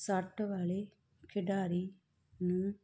ਸੱਟ ਵਾਲੇ ਖਿਡਾਰੀ ਨੂੰ